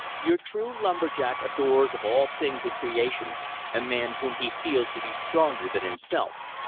your true lumber-jack adores of all things in creation a man whom he feels to be stronger than himself.